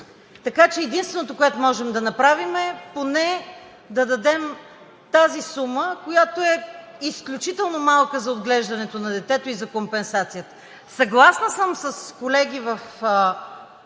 далеч. Единственото, което можем да направим, е поне да дадем тази сума, която е изключително малка за отглеждането на детето и за компенсация. Съгласна съм с колеги в